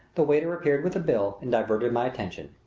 the waiter appeared with the bill and diverted my attention.